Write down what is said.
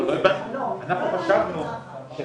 לגבי מה שאת אמרת,